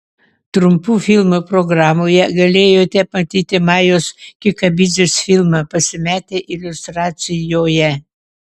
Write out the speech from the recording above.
trumpų filmų programoje galėjote matyti majos kikabidzės filmą pasimetę iliustracijoje